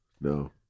No